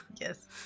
Yes